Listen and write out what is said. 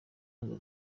yagize